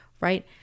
right